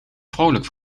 vrolijk